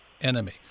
enemy